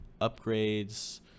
upgrades